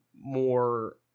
more